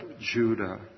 Judah